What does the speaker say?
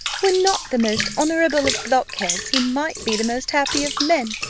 were not the most honourable of blockheads, he might be the most happy of men.